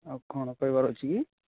ଆଉ କ'ଣ କହିବାର ଅଛି କି